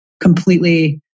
completely